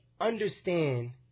understand